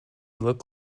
look